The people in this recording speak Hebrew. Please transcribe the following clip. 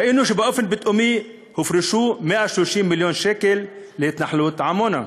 ראינו שבאופן פתאומי הופרשו 130 מיליון שקלים להתנחלות עמונה.